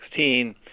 2016